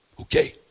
Okay